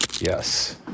Yes